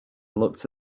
looked